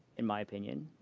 in my opinion.